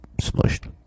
smushed